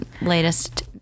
latest